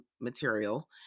material